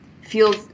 feels